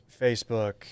Facebook